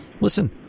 Listen